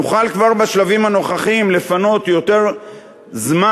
נוכל כבר בשלבים הנוכחיים לפנות יותר זמן